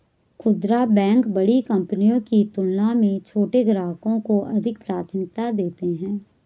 खूदरा बैंक बड़ी कंपनियों की तुलना में छोटे ग्राहकों को अधिक प्राथमिकता देती हैं